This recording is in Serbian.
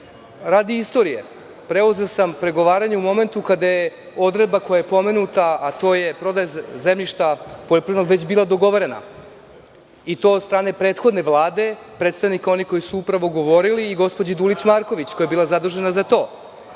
istorije, preuzeo sam pregovaranje u momentu kada je odredba koja je pomenuta, a to je da je prodaja poljoprivrednog zemljišta već bila dogovorena, i to od strane prethodne Vlade, predstavnika onih koji su upravo govorili i gospođe Dulić Marković, koja je bila zadužena za to. Ne